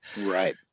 Right